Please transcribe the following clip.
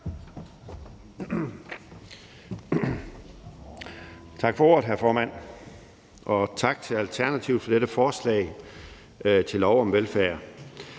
Tak for ordet, hr. formand. Og tak til Alternativet for dette forslag til lov om velfærd.